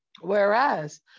Whereas